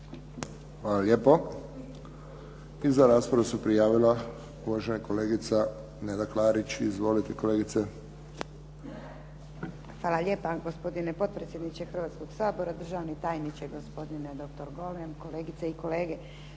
Hvala lijepo. I za raspravu se prijavila uvažena kolegica Neda Klarić. Izvolite kolegice. **Klarić, Nedjeljka (HDZ)** Hvala lijepa, gospodine potpredsjedniče Hrvatskoga sabora. Državni tajniče, gospodine doktor Golem. Kolegice i kolege.